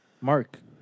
Mark